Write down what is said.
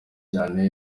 cyane